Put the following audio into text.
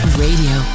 radio